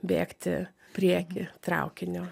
bėgti prieky traukinio